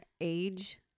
age